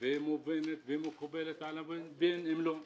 ומקובלת ובין אם לאו.